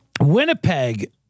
Winnipeg